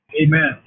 Amen